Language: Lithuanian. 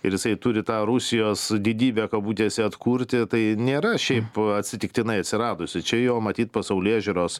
ir jisai turi tą rusijos didybę kabutėse atkurti tai nėra šiaip atsitiktinai atsiradusi čia jo matyt pasaulėžiūros